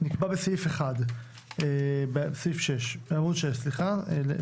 נקבע בסעיף 1 בעמוד 6 למעלה,